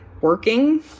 working